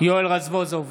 יואל רזבוזוב,